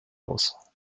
aus